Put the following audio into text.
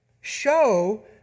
show